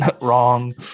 Wrong